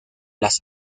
las